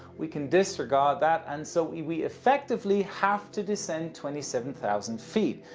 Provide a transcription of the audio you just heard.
we can disregard that, and so we we effectively have to descend twenty seven thousand feet.